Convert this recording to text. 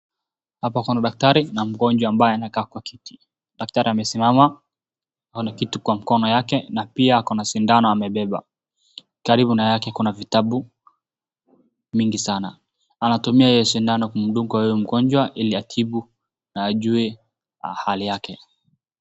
Hapa kuna daktari na mgonjwa ambaye amekaa kwa kiti. Daktari amesimama, naona kitu kwa mkono yake na pia kuna sindano amebeba. Karibu naye kuna vitabu mingi sana. Anatumia hiyo sindano kumdunga huyo mgonjwa ili atibu na ajue hali yake.